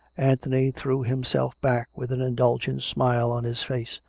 anthony threw himself back with an indulgent smile on his face.